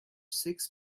six